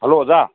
hello ꯑꯣꯖꯥ